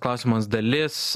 klausimas dalis